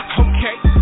okay